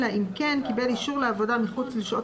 אלא אם כן קיבל אישור לעבודה מחוץ לשעות